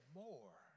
more